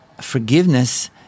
Forgiveness